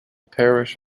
parish